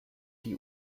die